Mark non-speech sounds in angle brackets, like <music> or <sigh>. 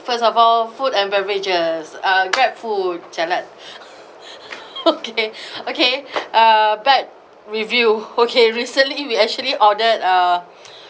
first of all food and beverages uh grabfood jialat <laughs> okay okay uh bad review okay recently we actually ordered uh